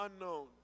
unknown